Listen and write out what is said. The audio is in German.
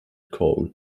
cole